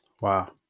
Wow